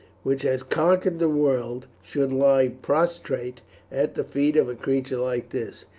which has conquered the world, should lie prostrate at the feet of a creature like this.